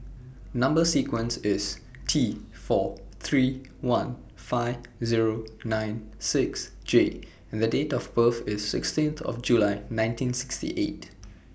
Number sequence IS T four three one five Zero nine six J and Date of birth IS sixteen of July nineteen sixty eight